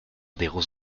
des